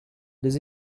des